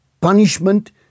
punishment